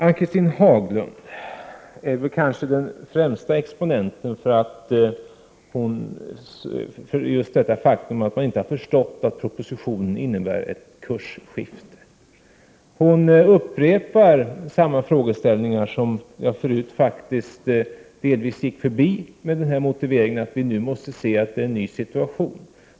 Ann-Cathrine Haglund är kanske den främsta exponenten för den inställning som är en följd av att man inte har förstått att propositionen innebär ett kursskifte. Hon upprepar samma frågor som jag förut delvis gick förbi med motiveringen att vi nu måste inse att det är en ny situation.